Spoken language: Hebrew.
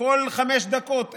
כל חמש דקות,